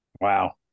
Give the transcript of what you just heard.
Wow